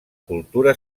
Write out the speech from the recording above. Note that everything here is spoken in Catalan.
cultura